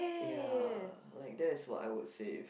ya like that is what I would say if